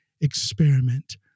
experiment